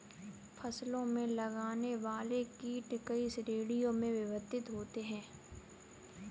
फसलों में लगने वाले कीट कई श्रेणियों में विभक्त होते हैं